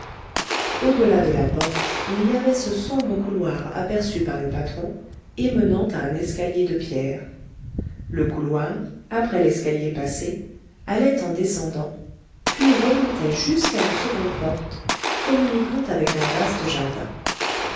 delà de la porte il y avait ce sombre couloir aperçu par le patron et menant à un escalier de pierre le couloir après l'escalier passé allait en descendant puis remontait jusqu'à une seconde porte communiquant avec un vaste jardin